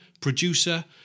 producer